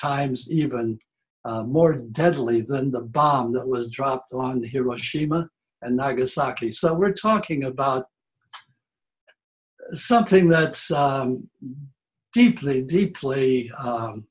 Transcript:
times even more deadly than the bomb that was dropped on hiroshima and nagasaki so we're talking about something that deeply deeply